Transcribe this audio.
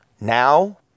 now